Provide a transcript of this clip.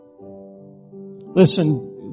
Listen